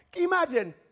Imagine